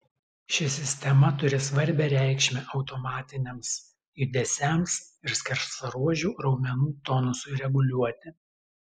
ši sistema turi svarbią reikšmę automatiniams judesiams ir skersaruožių raumenų tonusui reguliuoti